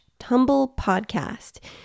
tumblepodcast